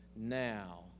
Now